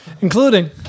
including